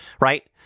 right